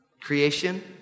Creation